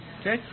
Okay